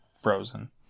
frozen